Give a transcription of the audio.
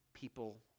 People